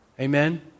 Amen